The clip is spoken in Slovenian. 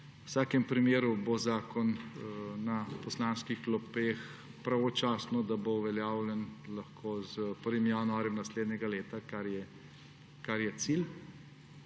V vsakem primeru bo zakon na poslanskih klopeh pravočasno, da bo uveljavljen lahko s 1. januarjem naslednje leto, kar je cilj.